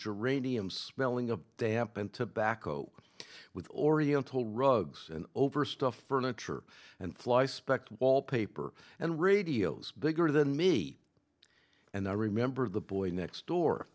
geraniums smelling of damp and tobacco with oriental rugs and overstuffed furniture and fly specked wallpaper and radios bigger than me and i remember the boy next door